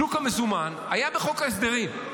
שוק המזומן היה בחוק ההסדרים.